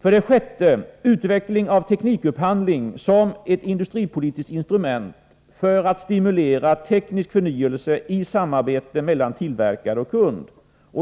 För det sjätte: Utveckling av teknikupphandling som ett industripolitiskt instrument för att stimulera teknisk förnyelse i samarbete mellan tillverkare och kund.